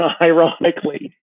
ironically